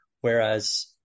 Whereas